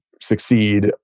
succeed